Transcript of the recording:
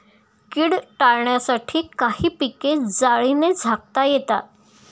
कीड टाळण्यासाठी काही पिके जाळीने झाकता येतात